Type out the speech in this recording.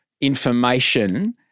information